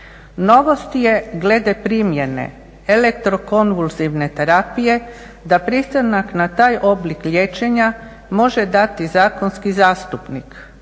Novost je glede primjene elektrokonvulzivne terapije da pristanak na taj oblik liječenja može dati zakonski zastupnik